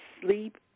sleep